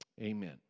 Amen